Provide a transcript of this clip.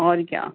اور کیا